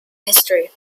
history